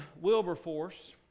Wilberforce